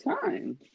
time